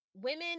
women